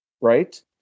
right